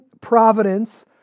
providence